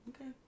okay